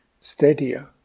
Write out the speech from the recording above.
steadier